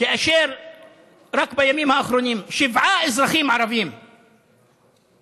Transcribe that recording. כאשר רק בימים האחרונים שבעה אזרחים ערבים נרצחו,